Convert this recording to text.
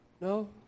No